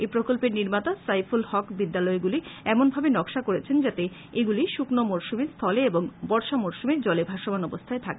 এই প্রকল্পের নির্মাতা সাইফুল হক বিদ্যালয়গুলি এমন ভাবে নকশা করেছেন যাতে এগুলি শুকনো মরশুমে স্থলে এবং বর্ষা মরশুমে জলে ভাসমান অবস্থায় থাকে